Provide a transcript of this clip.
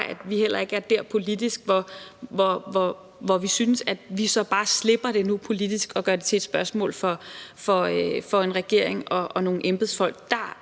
bare heller ikke, at vi er der politisk, hvor vi synes, at vi bare politisk skal slippe det og gøre det til et spørgsmål for en regering og nogle embedsfolk.